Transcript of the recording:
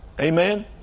Amen